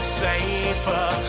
safer